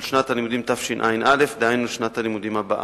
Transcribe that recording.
של שנת הלימודים תשע"א, דהיינו שנת הלימודים הבאה.